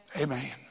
Amen